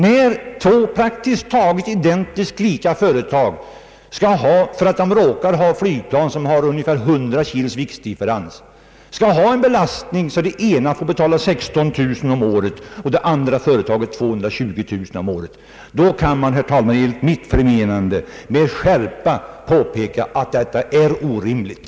När av två praktiskt taget identiskt lika företag det ena får betala 16 000 kronor och det andra 220 000 kronor om året bara därför att det andra företaget råkar ha flygplan som väger ungefär 100 kg mer, då kan man, herr talman, enligt mitt förmenande med skärpa påpeka att det är orimligt.